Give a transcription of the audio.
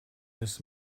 this